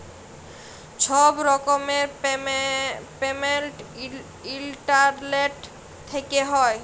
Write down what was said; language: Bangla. ছব রকমের পেমেল্ট ইলটারলেট থ্যাইকে হ্যয়